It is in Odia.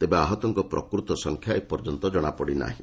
ତେବେ ଆହତଙ୍କ ପ୍ରକୃତ ସଂଖ୍ୟା ଏପର୍ଯ୍ୟନ୍ତ ଜଣାପଡ଼ି ନାହିଁ